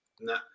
No